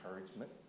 encouragement